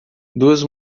duas